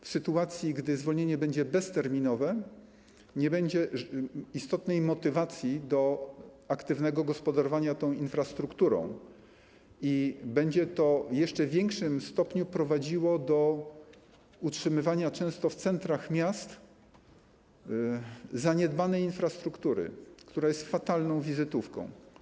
W sytuacji gdy zwolnienie będzie bezterminowe, nie będzie istotnej motywacji do aktywnego gospodarowania tą infrastrukturą i będzie to w jeszcze większym stopniu prowadziło do utrzymywania, często w centrach miast, zaniedbanej infrastruktury, która jest fatalną wizytówką.